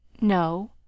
No